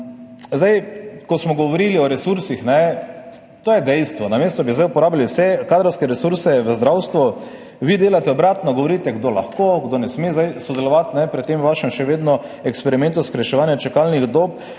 Ko smo govorili o resursih, to je dejstvo, namesto da bi zdaj uporabili vse kadrovske resurse v zdravstvu, vi delate obratno, govorite, kdo lahko, kdo ne sme sodelovati pri tem vašem še vedno eksperimentu skrajševanja čakalnih dob.